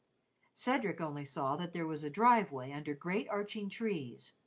cedric only saw that there was a drive-way under great arching trees,